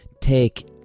...take